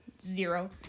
Zero